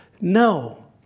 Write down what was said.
No